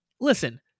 listen